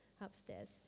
upstairs